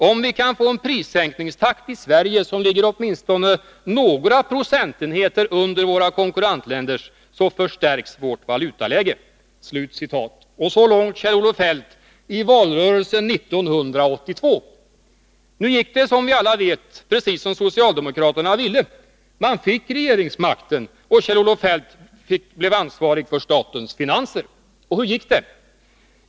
Om vi kan få en prissänkningstakt i Sverige som ligger åtminstone några procentenheter under våra konkurrentländers, så förstärks vårt valutaläge.” Så långt Kjell-Olof Feldt i valrörelsen 1982. Nu gick det som vi alla vet precis som socialdemokraterna ville. Man fick regeringsmakten, och Kjell-Olof Feldt blev ansvarig för statens finanser. Och hur gick det?